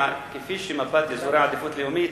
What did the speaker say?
מפת אזורי העדיפות הלאומית